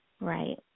Right